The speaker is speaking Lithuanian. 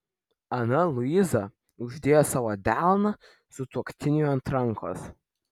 ana luiza uždėjo savo delną sutuoktiniui ant rankos